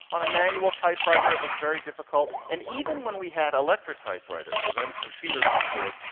on a manual typewriter it was very difficult, and even when we had electric typewriters, or then computer keyboards,